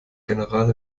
general